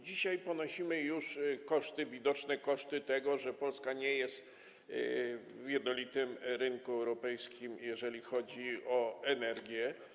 Dzisiaj już ponosimy widoczne koszty tego, że Polska nie jest na jednolitym rynku europejskim, jeżeli chodzi o energię.